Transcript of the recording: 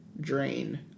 drain